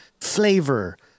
flavor